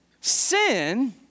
Sin